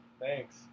Thanks